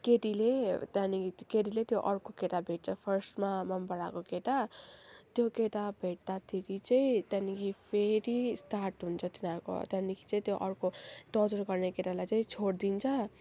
केटीले त्यहाँदेखि केटीले त्यो अर्को केटा भेट्छ फस्टमा मन पराएको केटा त्यो केटा भेट्दाखेरि चाहिँ त्यहाँदेखि फेरि स्टार्ट हुन्छ तिनीहरूको त्यहाँदेखि चाहिँ त्यो अर्को टर्चर गर्ने केटालाई चाहिँ छोडिदिन्छ